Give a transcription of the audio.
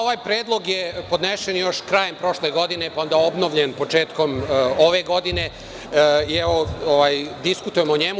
Ovaj predlog je podnesen još krajem prošle godine, pa onda obnovljen početkom ove godine i evo diskutujemo o njemu.